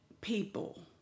people